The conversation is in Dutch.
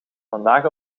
vandaag